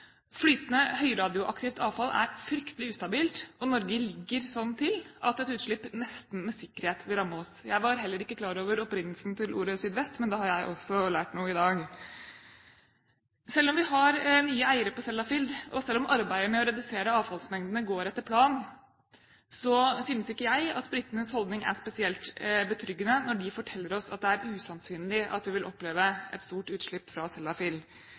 Flytende høyradioaktivt avfall er fryktelig ustabilt, og Norge ligger slik til at et utslipp nesten med sikkerhet vil ramme oss. Jeg var heller ikke klar over opprinnelsen til ordet «sydvest», men da har jeg også lært noe i dag. Selv om vi har nye eiere på Sellafield, og selv om arbeidet med å redusere avfallsmengdene går etter planen, synes ikke jeg at britenes holdning er spesielt betryggende når de forteller oss at det er usannsynlig at vi vil oppleve et stort utslipp fra